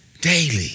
daily